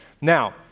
Now